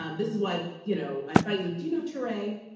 um this is what you know, i fight with dino turay.